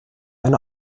eine